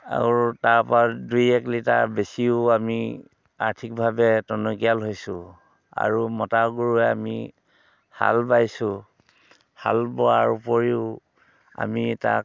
আৰু তাৰ পৰা দুই এক লিটাৰ বেচিও আমি আৰ্থিকভাৱে টনকিয়াল হৈছোঁ আৰু মতা গৰুৰে আমি হাল বাইছোঁ হাল বোৱাৰ উপৰিও আমি তাক